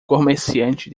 comerciante